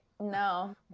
No